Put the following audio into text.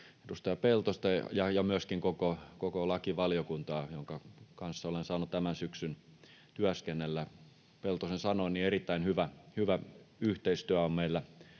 edustaja Peltosta, myöskin koko lakivaliokuntaa, jonka kanssa olen saanut tämän syksyn työskennellä. Peltosen sanoin: erittäin hyvä yhteistyö on meillä